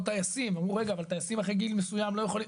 טייסים ואמרו "רגע אבל טייסים אחרי גיל מסוים לא יכולים",